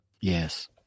Yes